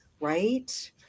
Right